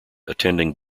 attending